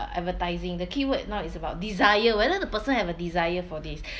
uh advertising the keyword now is about desire whether the person have a desire for this